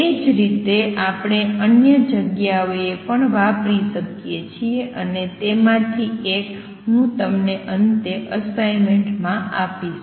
એ જ રીતે આપણે અન્ય જગ્યાઓએ પણ વાપરી શકીએ છીએ અને તેમાંથી એક હું તમને અંતે અસાઇમેંટ તરીકે આપીશ